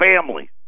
families